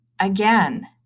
Again